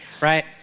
right